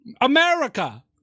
America